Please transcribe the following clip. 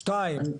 שתיים,